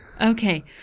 Okay